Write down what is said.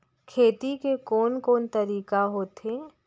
खेती के कोन कोन तरीका होथे?